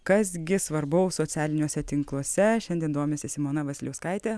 kas gi svarbaus socialiniuose tinkluose šiandien domisi simona vasiliauskaitė